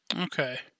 Okay